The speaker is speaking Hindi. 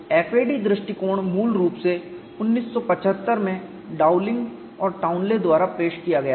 FAD दृष्टिकोण मूल रूप से 1975 में डाउलिंग और टाउनले द्वारा पेश किया गया था